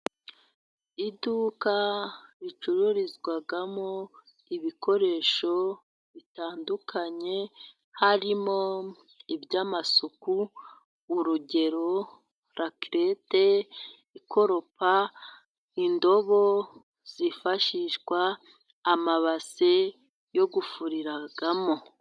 Iduka ricururizwamo ibikoresho bitandukanye harimo iby'amasuku urugero:lakelete ikoropa ,indobo zifashishwa ,amabase yo gufuriramo.